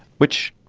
which,